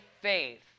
faith